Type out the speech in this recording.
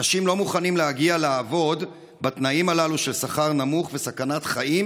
אנשים לא מוכנים להגיע לעבוד בתנאים הללו של שכר נמוך וסכנת חיים,